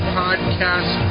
podcast